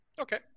Okay